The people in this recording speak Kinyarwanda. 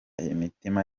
imitima